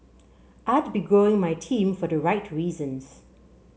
I'd be growing my team for the right reasons